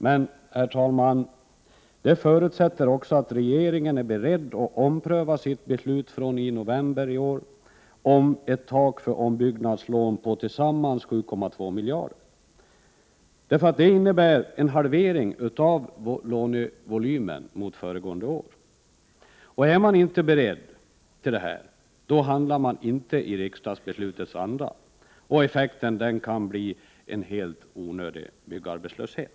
Men det förutsätter också, herr talman, att regeringen är beredd att ompröva sitt beslut från november i år, om ett tak för ombyggnadslån på tillsammans 7,2 miljarder. Det innebär nämligen en halvering av lånevolymen i förhållande till föregående år. Om regeringen inte är beredd till detta, handlar den inte i riksdagsbeslutets anda, och effekten kan bli en helt onödig byggarbetslöshet.